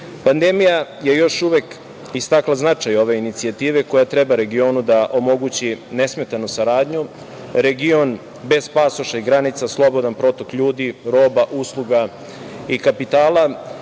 Pandemija je još uvek istakla značaj ove inicijative koja treba regionu da omogući nesmetanu saradnju, region bez pasoša i granica, slobodan protok ljudi, roba, usluga i kapitala,